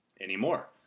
anymore